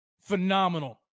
phenomenal